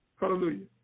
hallelujah